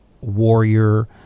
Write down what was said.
warrior